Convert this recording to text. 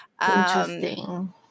Interesting